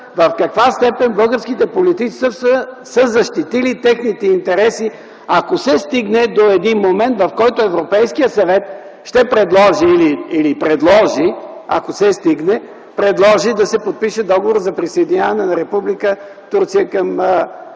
в каква степен българските политици са защитили техните интереси, ако се стигне до един момент, в който Европейският съвет ще предложи или предложи, ако се стигне, да се подпише договор за присъединяване на Република Турция към